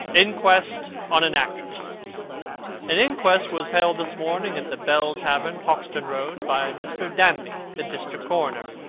inquest on an actress an inquest was held this morning at the bell tavern, hoxton road, by mr. danby, the district coroner,